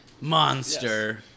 Monster